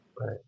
Right